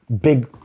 big